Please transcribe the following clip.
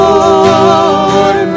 Lord